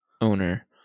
owner